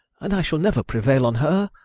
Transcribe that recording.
and i shall never prevail on her.